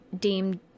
deemed